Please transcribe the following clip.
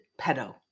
pedo